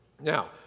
Now